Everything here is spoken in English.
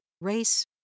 race